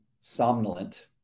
somnolent